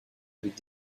avec